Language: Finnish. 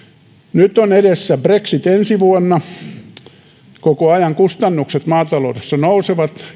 nyt on edessä brexit ensi vuonna koko ajan kustannukset maataloudessa nousevat